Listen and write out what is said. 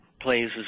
plays